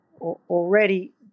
already